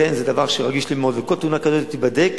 זה דבר שאני רגיש לו מאוד וכל תלונה כזאת תיבדק,